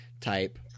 type